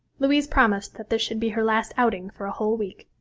louise promised that this should be her last outing for a whole week.